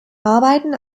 arbeiten